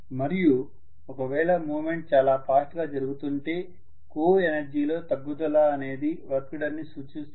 మరియు ఒకవేళ మూమెంట్ చాలా ఫాస్ట్ గా జరుగుతుంటే కోఎనర్జీ లో తగ్గుదల అనేది వర్క్ డన్ ని సూచిస్తుంది